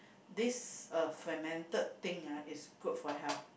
this uh fermented thing ah is good for health